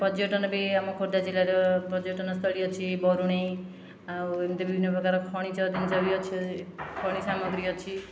ପର୍ଯ୍ୟଟନ ବି ଆମ ଖୋର୍ଦ୍ଧା ଜିଲ୍ଲାର ପର୍ଯ୍ୟଟନସ୍ଥଳୀ ଅଛି ବରୁଣେଇ ଆଉ ଏମିତି ବିଭିନ୍ନ ପ୍ରକାର ଖଣିଜ ଜିନିଷ ବି ଅଛି ଖଣି ସାମଗ୍ରୀ ଅଛି